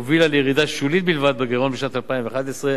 הובילה לירידה שולית בלבד בגירעון בשנת 2011,